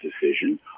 decision